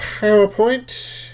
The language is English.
PowerPoint